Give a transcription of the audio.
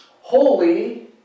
holy